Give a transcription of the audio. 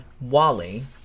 Wally